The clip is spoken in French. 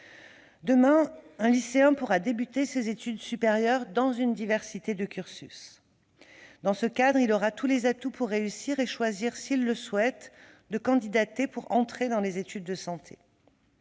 Demain, un lycéen pourra commencer ses études supérieures dans une diversité de cursus. Dans ce cadre, il aura tous les atouts pour réussir et choisir, s'il le souhaite, de présenter sa candidature pour se lancer dans les études de santé.